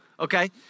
Okay